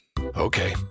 Okay